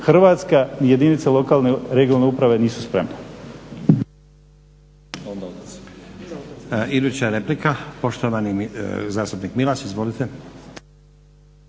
Hrvatska i jedinice lokalne (regionalne) uprave nisu spremne.